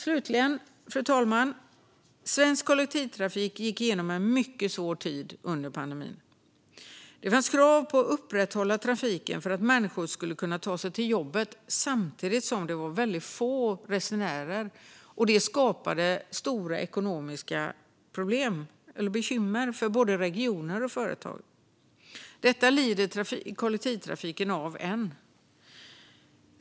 Slutligen, fru talman, vill jag säga att svensk kollektivtrafik gick igenom en mycket svår tid under pandemin. Det fanns krav på att upprätthålla trafiken för att människor skulle kunna ta sig till jobbet samtidigt som det var väldigt få resenärer. Detta skapade stora ekonomiska bekymmer för både regioner och företag, vilket kollektivtrafiken lider av än.